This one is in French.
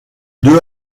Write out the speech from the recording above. deux